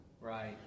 Right